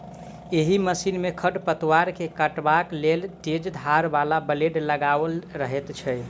एहि मशीन मे खढ़ पतवार के काटबाक लेल तेज धार बला ब्लेड लगाओल रहैत छै